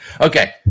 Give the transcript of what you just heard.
Okay